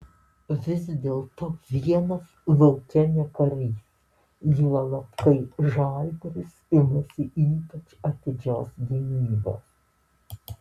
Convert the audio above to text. vis dėlto vienas lauke ne karys juolab kai žalgiris imasi ypač atidžios gynybos